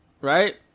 Right